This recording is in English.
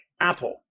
apple